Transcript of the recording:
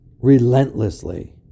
relentlessly